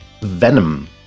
Venom